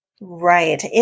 Right